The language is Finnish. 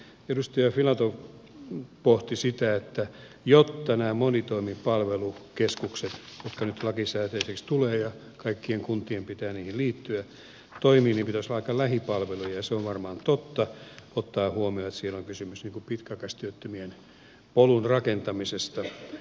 edustaja filatov pohti sitä että jotta nämä monitoimipalvelukeskukset jotka nyt lakisääteiseksi tulevat ja kaikkien kuntien pitää niihin liittyä toimivat niin pitäisi olla lähipalveluja ja se on varmaan totta ottaen huomioon että siellä on kysymys pitkäaikaistyöttömien polun rakentamisesta